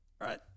right